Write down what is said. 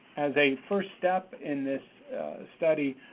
as a first step in this study,